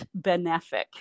benefic